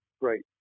great